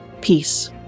peace